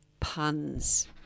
Puns